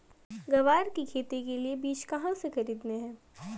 ग्वार की खेती के लिए बीज कहाँ से खरीदने हैं?